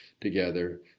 together